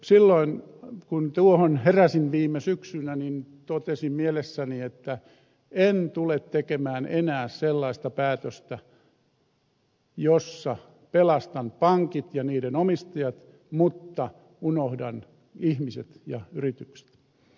silloin kun tuohon heräsin viime syksynä niin totesin mielessäni että en tule tekemään enää sellaista päätöstä jossa pelastan pankit ja niiden omistajat mutta unohdan ihmiset ja yritykset